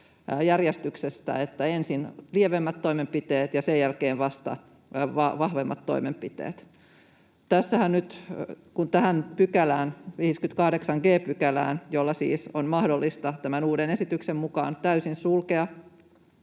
järjestyksestä, että ensin lievemmät toimenpiteet ja sen jälkeen vasta vahvemmat toimenpiteet. Nythän tähän 58 g §:ään, jolla siis on mahdollista tämän uuden esityksen mukaan täysin sulkea